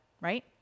Right